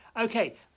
Okay